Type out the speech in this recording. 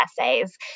essays